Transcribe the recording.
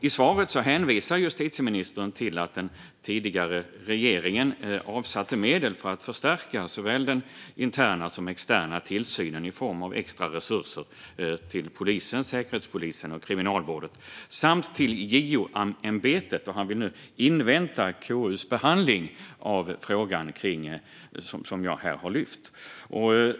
I svaret hänvisar justitieministern till att den tidigare regeringen avsatte medel för att förstärka såväl den interna som den externa tillsynen i form av extra resurser till polisen, Säkerhetspolisen och Kriminalvården samt till JO-ämbetet. Han vill nu invänta KU:s behandling av frågan som jag här har lyft fram.